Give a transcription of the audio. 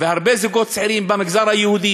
והרבה זוגות צעירים מהמגזר היהודי,